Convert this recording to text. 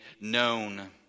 known